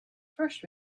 first